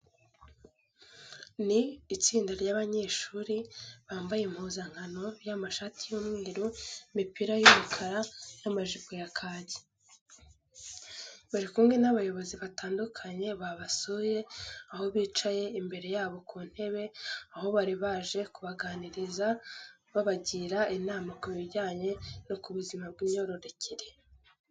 Ni itsinda ry'abanyeshuri bambaye impuzankano y'amashati y'umweru, imipira y'umukara n'amajipo ya kake. Bari kumwe n'abayobozi batandukanye babasuye, aho bicaye imbere yabo ku ntebe, aho bari baje kubaganiriza babagira inama ku bijyanye no ku buzima bw'imyororokere.